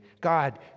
God